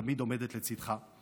שתמיד עומדת לצידך,